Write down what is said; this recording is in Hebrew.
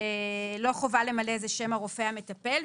לא חובה למלא את שם הרופא המטפל,